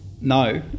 No